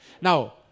Now